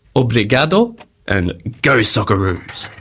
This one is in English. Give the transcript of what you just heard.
obrigado and go socceroos!